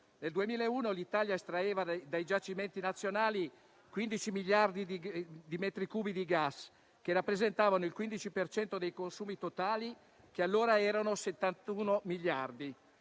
Nel 2001 l'Italia estraeva dai giacimenti nazionali 15 miliardi di metri cubi di gas, che rappresentavano il 15 per cento dei consumi totali, che allora erano 71 miliardi.